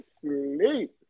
sleep